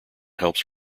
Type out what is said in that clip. helps